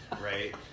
right